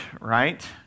right